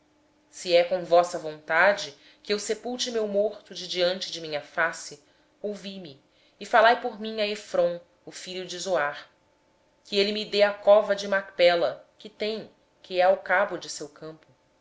se é de vossa vontade que eu sepulte o meu morto de diante de minha face ouvi me e intercedei por mim junto a efrom filho de zoar para que ele me dê a cova de macpela que possui no fim do seu campo